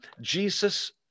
Jesus